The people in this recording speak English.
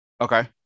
Okay